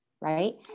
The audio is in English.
Right